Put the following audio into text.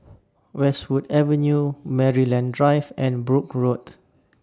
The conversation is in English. Westwood Avenue Maryland Drive and Brooke Road